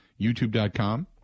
YouTube.com